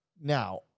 Now